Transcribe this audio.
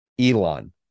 Elon